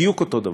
בדיוק אותו דבר.